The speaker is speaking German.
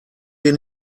wir